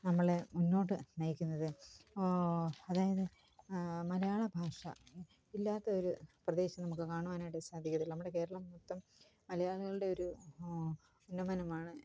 നമ്മളെ മുന്നോട്ടു നയിക്കുന്നത് അതായത് മലയാള ഭാഷ ഇല്ലാത്തൊരു പ്രദേശം നമുക്ക് കാണുവാനായിട്ട് സാധിക്കത്തില്ല നമ്മുടെ കേരളം മൊത്തം മലയാളികളുടെയൊരു ഉന്നമനമാണ്